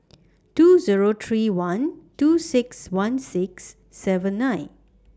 two Zero three one two six one six seven nine